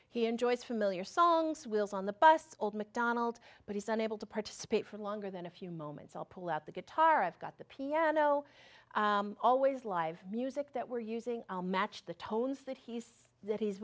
he enjoys familiar songs wills on the bus old macdonald but he's unable to participate for longer than a few moments i'll pull out the guitar i've got the piano always live music that we're using matched the tones that he's that he's